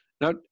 Now